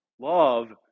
Love